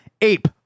ape